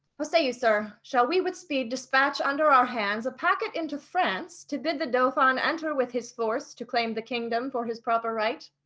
how say you sir, shall we with speed dispatch under our hands a packet into france to bid the dauphin enter with his force to claim the kingdom for his proper right?